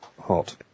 hot